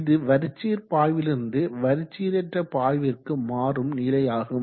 இது வரிச்சீர் பாய்விலிருந்து வரிச்சீரற்ற பாய்விற்கு மாறும் நிலையாகும்